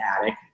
attic